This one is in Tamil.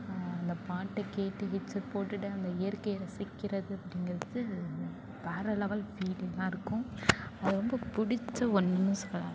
அந்த பாட்டை கேட்டு ஹெட்செட் போட்டுட்டு அந்த இயற்கையை ரசிக்கிறது அப்படிங்கிறது வேறு லெவல் ஃபீலிங்காக இருக்கும் அது ரொம்ப பிடிச்ச ஒன்றுன்னு சொல்லலாம்